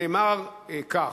נאמר כך: